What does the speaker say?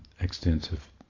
extensive